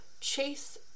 Chase